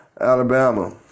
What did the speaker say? Alabama